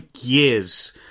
years